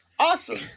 Awesome